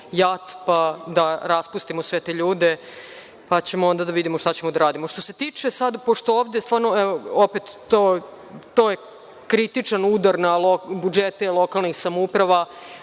JAT pa da raspustimo sve te ljude, pa ćemo onda da vidimo šta ćemo da radimo. Što se tiče ovoga ovde, to je kritičan udar na budžete lokalnih samouprava,